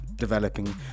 developing